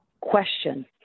Question